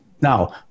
Now